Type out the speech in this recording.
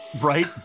Right